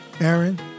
Aaron